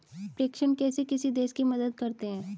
प्रेषण कैसे किसी देश की मदद करते हैं?